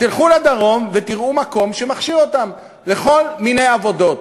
תלכו לדרום ותראו מקום שמכשיר אותם לכל מיני עבודות.